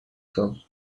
shop